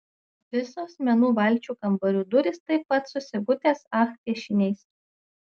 visos menų valčių kambarių durys taip pat su sigutės ach piešiniais